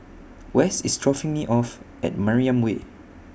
West IS dropping Me off At Mariam Way